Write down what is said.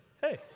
Hey